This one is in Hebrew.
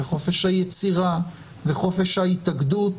חופש היצירה וחופש ההתאגדות,